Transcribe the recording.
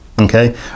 okay